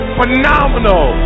phenomenal